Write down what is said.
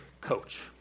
coach